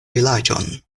vilaĝon